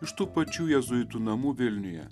iš tų pačių jėzuitų namų vilniuje